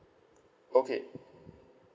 okay